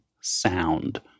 sound